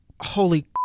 holy